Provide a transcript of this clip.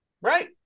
right